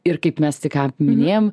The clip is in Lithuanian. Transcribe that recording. ir kaip mes tik ką minėjom